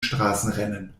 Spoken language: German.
straßenrennen